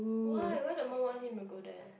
why why the mum want him to go there